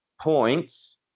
points